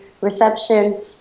reception